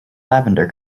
lavender